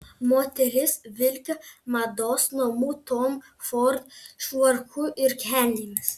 moteris vilki mados namų tom ford švarku ir kelnėmis